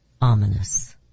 ominous